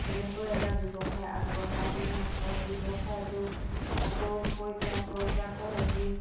তেনেকৈ এটা ব্যৱসায় আগবঢ়াই নিয়া হয় ব্যৱসায়টো আকৌ পইচা খৰচা কৰি